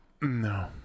No